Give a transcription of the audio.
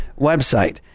website